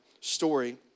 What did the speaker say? story